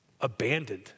abandoned